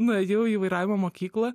nuėjau į vairavimo mokyklą